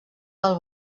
del